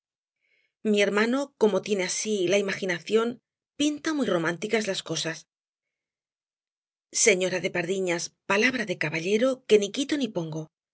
mi hermano como tiene así la imaginación pinta muy románticas las cosas señora de pardiñas palabra de caballero que ni quito ni pongo